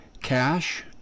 cash